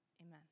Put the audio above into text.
Amen